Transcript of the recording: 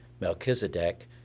Melchizedek